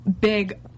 big